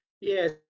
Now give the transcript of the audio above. Yes